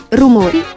rumori